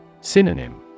Synonym